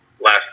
last